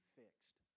fixed